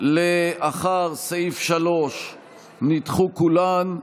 לאחר סעיף 3 נדחו כולן,